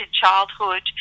childhood